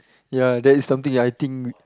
ya that is something I think